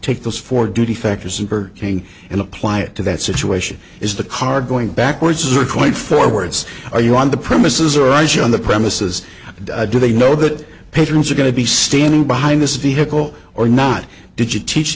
take those four duty factors and burger king and apply it to that situation is the car going backwards or quite forwards are you on the premises or eyes on the premises do they know that patrons are going to be standing behind this vehicle or not did you teach